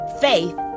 Faith